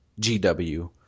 GW